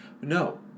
no